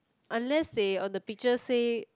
unless they on the picture say